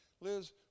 Liz